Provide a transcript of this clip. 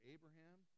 Abraham